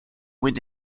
wind